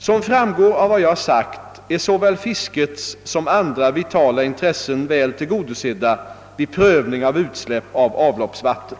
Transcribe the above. Som framgår av vad jag sagt är såväl fiskets som andra vitala intressen väl tillgodosedda vid prövning av utsläpp av avloppsvatten.